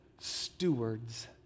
stewards